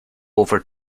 over